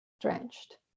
drenched